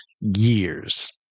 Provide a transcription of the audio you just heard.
years